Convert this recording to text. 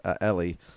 Ellie